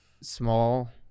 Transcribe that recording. small